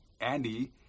Andy